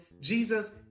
Jesus